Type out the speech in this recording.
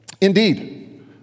indeed